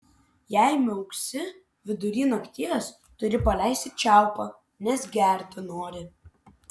jei miauksi vidury nakties turi paleisti čiaupą nes gerti nori